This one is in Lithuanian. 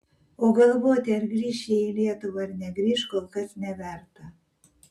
o galvoti ar grįš jie į lietuvą ar negrįš kol kas neverta